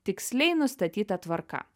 tiksliai nustatyta tvarka